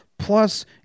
Plus